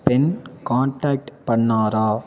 pen contact பண்ணாறா